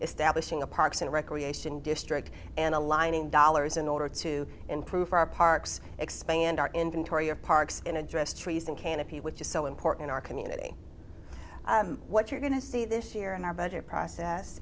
establishing a parks and recreation district and aligning dollars in order to improve our parks expand our inventory of parks in address trees and canopy which is so important our community what you're going to see this year in our budget process